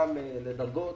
גם לדרגות.